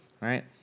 right